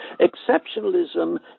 Exceptionalism